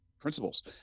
principles